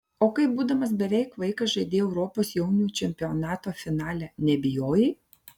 o kai būdamas beveik vaikas žaidei europos jaunių čempionato finale nebijojai